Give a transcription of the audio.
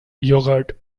yogurt